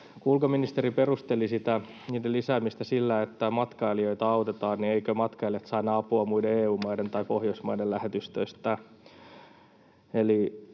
ulkoministeri perusteli niiden lisäämistä sillä, että matkailijoita autetaan. Eivätkö matkailijat saa enää apua muiden EU-maiden tai Pohjoismaiden lähetystöistä?